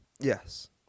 Yes